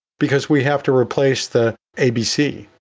because we have to replace the abc.